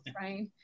right